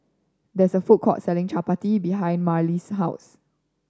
there is a food court selling chappati behind Marely's house